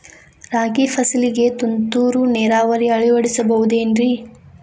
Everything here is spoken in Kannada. ರಾಗಿ ಫಸಲಿಗೆ ತುಂತುರು ನೇರಾವರಿ ಅಳವಡಿಸಬಹುದೇನ್ರಿ?